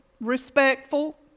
respectful